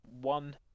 one